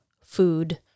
food